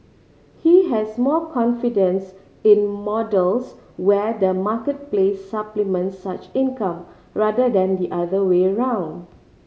he has more confidence in models where the marketplace supplements such income rather than the other way round